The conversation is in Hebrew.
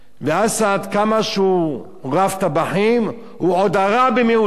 אסד, כמה שהוא רב-טבחים, הוא עוד הרע במיעוטו.